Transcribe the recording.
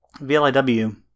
VLIW